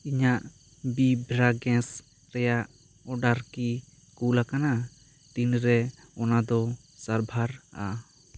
ᱤᱧᱟᱜ ᱵᱤᱵᱽᱨᱟ ᱜᱮᱥ ᱨᱮᱭᱟᱜ ᱚᱰᱟᱨ ᱠᱤ ᱠᱩᱞ ᱟᱠᱟᱱᱟ ᱛᱤᱱ ᱨᱮ ᱚᱱᱟ ᱫᱚ ᱥᱟᱨᱵᱷᱟᱨ ᱟ